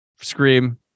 Scream